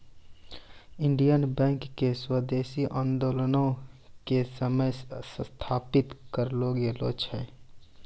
Indian Bank के स्वदेशी आन्दोलनो के समय स्थापित करलो गेलो छै